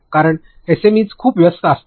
कारण एसएमई खूप व्यस्त असतात